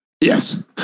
Yes